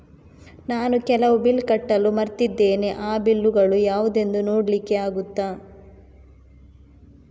ನಾನು ಕೆಲವು ಬಿಲ್ ಕಟ್ಟಲು ಮರ್ತಿದ್ದೇನೆ, ಆ ಬಿಲ್ಲುಗಳು ಯಾವುದೆಂದು ನೋಡ್ಲಿಕ್ಕೆ ಆಗುತ್ತಾ?